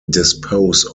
dispose